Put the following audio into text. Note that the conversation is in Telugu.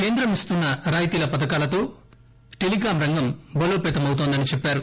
కేంద్రం ఇస్తున్న రాయితీల పథకాలతో టెలికం రంగం బలోపేతమవుతోందని చెప్పారు